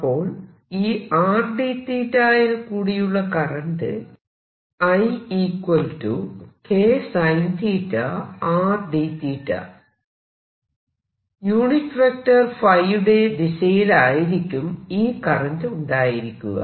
അപ്പോൾ ഈ R d യിൽ കൂടിയുള്ള കറന്റ് ϕ ദിശയിൽ ആയിരിക്കും ഈ കറന്റ് ഉണ്ടായിരിക്കുക